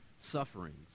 sufferings